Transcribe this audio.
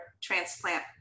transplant